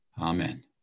Amen